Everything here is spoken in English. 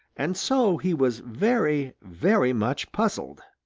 and so he was very, very much puzzled.